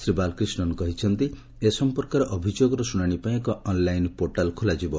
ଶ୍ରୀ ବାଳକ୍ରିଷତନ୍ କହିଛନ୍ତି ଏ ସଂପର୍କରେ ଅଭିଯୋଗର ଶୁଶାଶି ପାଇଁ ଏକ ଅନ୍ଲାଇନ୍ ପୋର୍ଟାଲ୍ ଖୋଲାଯିବ